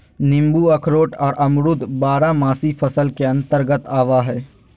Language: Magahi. नींबू अखरोट आर अमरूद बारहमासी फसल के अंतर्गत आवय हय